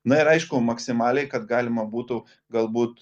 na ir aišku maksimaliai kad galima būtų galbūt